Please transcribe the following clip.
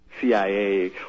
CIA